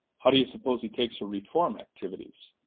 how do you suppose he takes her reform activities?